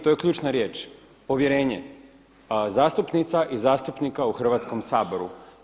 To je ključna riječ, povjerenje zastupnica i zastupnika u Hrvatskom saboru.